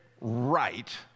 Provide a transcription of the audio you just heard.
right